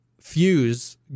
fuse